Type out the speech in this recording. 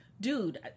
dude